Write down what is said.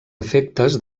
efectes